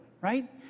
right